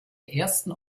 ersten